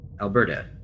Alberta